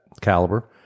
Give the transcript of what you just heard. caliber